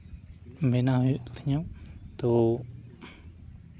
ᱵᱮᱱᱟᱣ ᱦᱩᱭᱩᱜ ᱛᱤᱧᱟᱹ ᱛᱚ